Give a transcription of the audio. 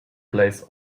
plays